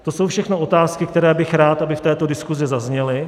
To jsou všechno otázky, které bych rád, aby v této diskusi zazněly.